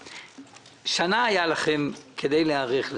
שנה היה לכם כדי להיערך לזה.